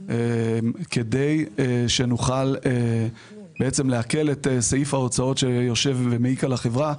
כדי שנוכל להקל על סעיף ההוצאות שמעיק על החברה.